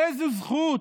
באיזו זכות